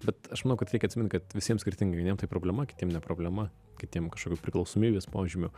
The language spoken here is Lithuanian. bet aš manau kad reikia atsimint kad visiems skirtingai vieniem tai problema kitiem ne problema kitiem kažkokių priklausomybės požymių